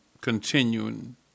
continuing